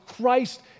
Christ